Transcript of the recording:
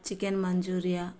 chicken manchuria